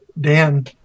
Dan